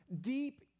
Deep